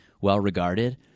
well-regarded